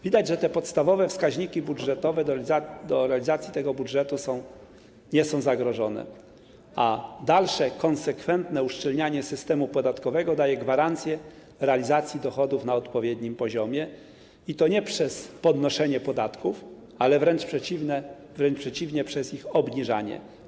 Widać, że te podstawowe wskaźniki budżetowe co do realizacji tego budżetu nie są zagrożone, a dalsze konsekwentne uszczelnianie systemu podatkowego daje gwarancję realizacji dochodów na odpowiednim poziomie, i to nie przez podnoszenie podatków, ale, wręcz przeciwnie, przez ich obniżanie.